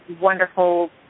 wonderful